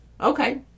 okay